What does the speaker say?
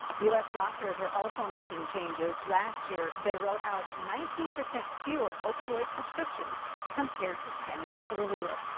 u s doctors are also making changes. last year, they wrote out nineteen percent fewer opioid prescriptions compared to ten years earlier.